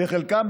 וחלקם,